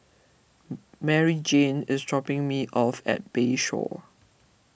Maryjane is dropping me off at Bayshore